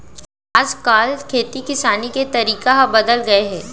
आज काल खेती किसानी के तरीका ह बदल गए हे